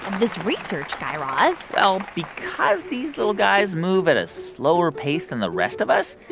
this research, guy raz? well, because these little guys move at a slower pace than the rest of us,